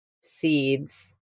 seeds